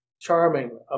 charming